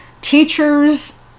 teachers